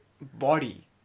body